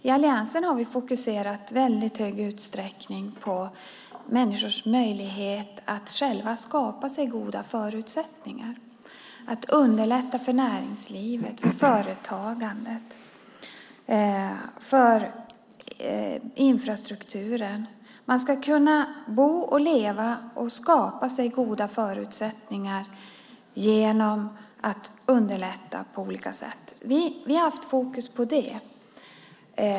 I alliansen har vi fokuserat i väldigt stor utsträckning på människors möjlighet att själva skapa sig goda förutsättningar och på att underlätta för näringslivet, företagandet och infrastrukturen. Man ska kunna bo och leva och skapa sig goda förutsättningar, och det vill vi underlätta för. Vi har haft fokus på det.